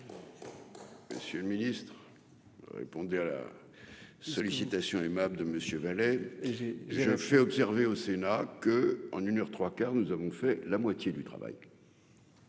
Monsieur le Ministre, répondez à la. Sollicitation aimable de Monsieur et j'ai, j'ai fait observer au Sénat que en une heure 3 quarts, nous avons fait la moitié du travail.